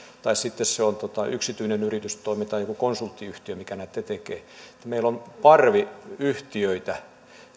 tai yksityinen yritystoiminta tai joku konsulttiyhtiö mikä näitä tekee meillä on parvi yhtiöitä